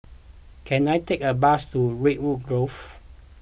can I take a bus to Redwood Grove